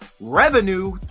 revenue